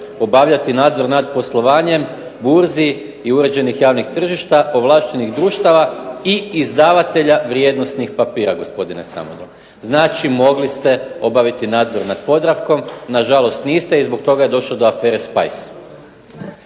"Obavljati nadzor nad poslovanjem burzi i uređenih javnih tržišta, ovlaštenih društava i izdavatelja vrijednosnih papira", gospodine Samodol. Znači, mogli se obaviti nadzor nad Podravkom, nažalost niste i zbog toga je došlo do afere Spice.